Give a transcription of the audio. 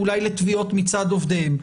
לתביעות מצד עובדיהם.